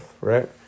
right